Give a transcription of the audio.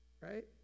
right